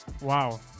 wow